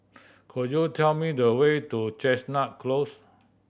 could you tell me the way to Chestnut Close